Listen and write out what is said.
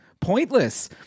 pointless